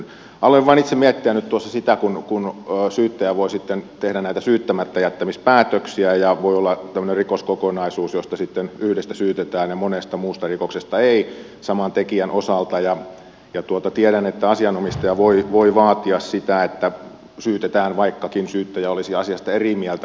aloin vain itse miettiä nyt tuossa sitä kun syyttäjä voi sitten tehdä näitä syyttämättäjättämispäätöksiä ja voi olla tämmöinen rikoskokonaisuus josta sitten yhdestä syytetään ja monesta muusta rikoksesta ei saman tekijän osalta ja tiedän että asianomistaja voi vaatia sitä että syytetään vaikkakin syyttäjä olisi asiasta eri mieltä